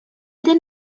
then